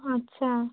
আচ্ছা